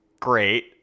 great